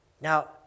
Now